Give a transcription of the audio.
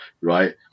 right